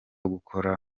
gukora